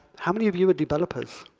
how many of you are developers?